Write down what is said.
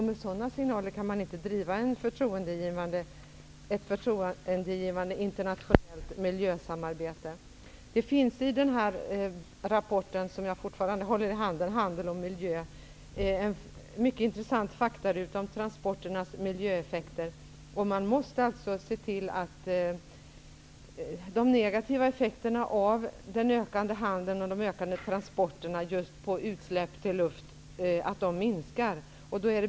Med sådana signaler kan man inte driva ett förtroendeingivande internationellt miljösamarbete. I den rapport som jag fortfarande håller i handen, Handel och miljö, finns en mycket intressant faktaruta om transporternas miljöeffekter. Man måste alltså se till att de negativa effekterna av den ökande handeln och de ökande transporterna genom utsläpp till luften minskar.